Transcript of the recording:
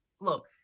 look